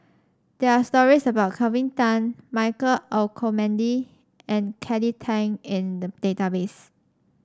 there are stories about Kelvin Tan Michael Olcomendy and Kelly Tang in the database